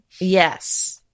Yes